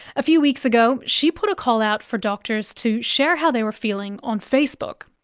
a few weeks ago, she put a callout for doctors to share how they were feeling on facebook.